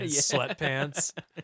sweatpants